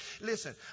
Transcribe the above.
Listen